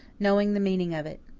knowing the meaning of it.